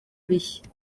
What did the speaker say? bishya